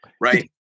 Right